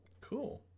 cool